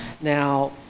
Now